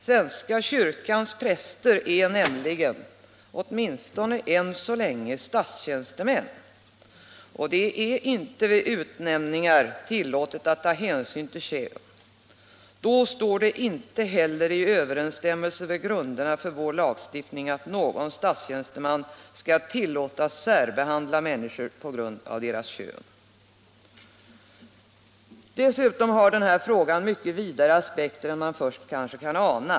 Svenska kyrkans präster är nämligen — åtminstone än så länge — statstjänstemän, och det är inte vid utnämningar tillåtet att ta hänsyn till kön. Det är då inte heller i överensstämmelse med grunderna för vår lagstiftning att någon statstjänsteman tillåts särbehandla människor på grund av deras kön. Den här frågan har dessutom mycket vidare aspekter än man kanske först kan ana.